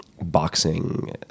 boxing